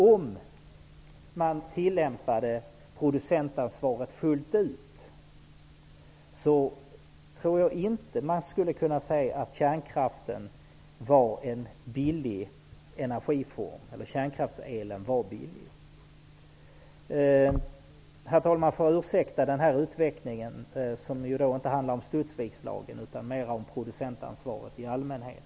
Om man tillämpade producentansvaret fullt ut, tror jag inte att man skulle kunna säga att kärnkraftselen var billig. Talmannen får ursäkta den här utvikningen, som inte handlar om Studsvikslagen, utan mer om producentansvaret i allmänhet.